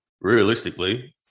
Realistically